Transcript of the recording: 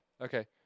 Okay